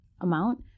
amount